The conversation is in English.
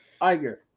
Iger